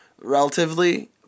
Relatively